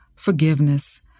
Forgiveness